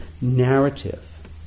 narrative